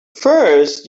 first